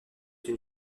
une